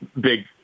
big